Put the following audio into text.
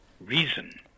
reason